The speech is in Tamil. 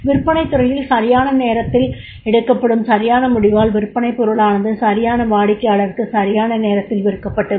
விற்பனைத் துறையில் சரியான நேரத்தில் எடுக்கப்படும் சரியான முடிவால் விற்பனைப் பொருளானது சரியான வாடிக்கையாளருக்கு சரியான நேரத்தில் விற்கப்பட்டுவிடும்